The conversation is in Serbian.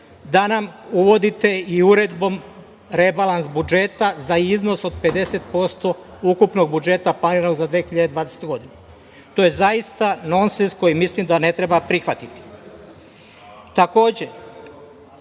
da nam uvodite i uredbom i rebalans budžeta za iznos od 50% ukupnog budžeta planiranog za 2020. godinu. To je zaista nonsens koji mislim da ne treba prihvatiti. Takođe,